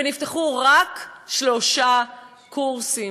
ונפתחו רק שלושה קורסים,